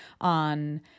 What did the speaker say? on